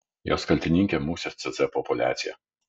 jos kaltininkė musės cėcė populiacija